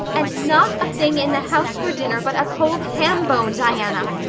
and not a thing in the house for dinner but a cold ham bone, diana!